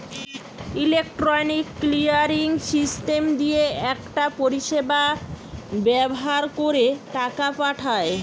electronic clearing system দিয়ে একটা পরিষেবা ব্যাভার কোরে টাকা পাঠায়